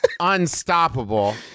Unstoppable